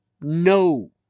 No